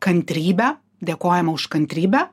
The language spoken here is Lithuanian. kantrybę dėkojama už kantrybę